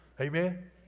Amen